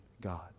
God